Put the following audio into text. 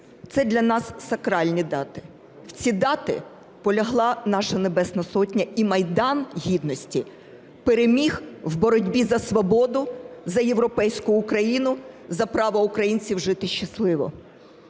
це для нас сакральні дати. В ці дати полягла наша Небесна Сотня і Майдан Гідності переміг в боротьбі за свободу, за європейську Україну, за право українців жити щасливо.